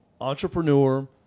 entrepreneur –